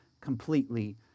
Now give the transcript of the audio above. completely